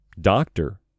doctor